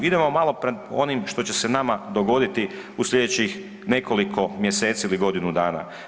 Idemo malo prema onim što će se nama dogoditi u slijedećih nekoliko mjeseci ili godinu dana.